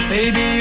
Baby